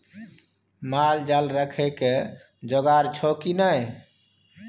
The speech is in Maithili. माल जाल राखय के जोगाड़ छौ की नै